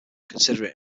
considering